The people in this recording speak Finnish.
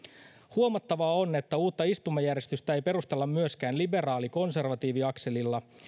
huomattavaa on että uutta istumajärjestystä ei perustella myöskään liberaali konservatiivi akselilla